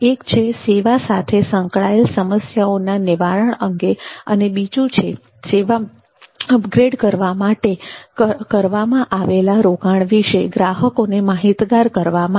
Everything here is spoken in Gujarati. એક છે સેવા સાથે સંકળાયેલ સમસ્યાઓના નિવારણ અંગે અને બીજું છે સેવા અપગ્રેડ કરવા માટે કરવામાં આવેલા રોકાણ વિશે ગ્રાહકોને માહિતગાર કરવા માટે